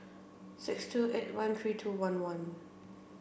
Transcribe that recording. six two eight one three two one one